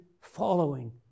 following